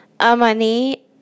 amani